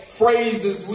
phrases